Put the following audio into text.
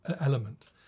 element